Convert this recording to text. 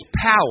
power